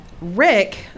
Rick